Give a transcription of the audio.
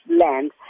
land